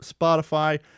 Spotify